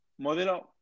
Modelo